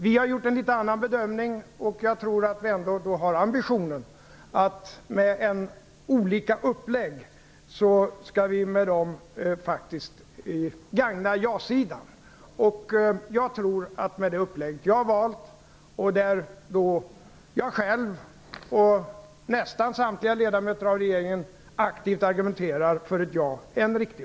Vi har gjort en litet annan bedömning, och jag tror att vi på bägge håll ändå har ambitionen att, om än med olika uppläggningar, faktiskt gagna ja-sidan. Jag tror att den uppläggning som jag har valt och där jag själv och nästan samtliga av regeringen aktivt argumenterar för ett ja är riktig.